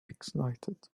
excited